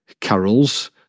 carols